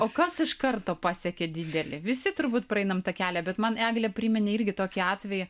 o kas iš karto pasiekė didelį visi turbūt praeinam tą kelią bet man eglė priminė irgi tokį atvejį